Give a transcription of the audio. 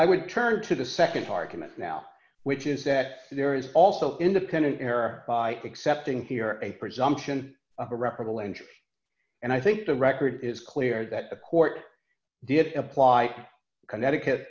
i would turn to the nd argument now which is that there is also independent error by accepting here a presumption of irreparable injury and i think the record is clear that the court did apply connecticut